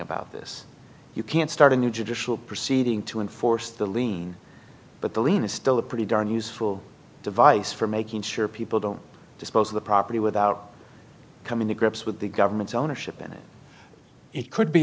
about this you can't start a new judicial proceeding to enforce the lein but the lien is still a pretty darn useful device for making sure people don't dispose of the property without coming to grips with the government's ownership in it it could be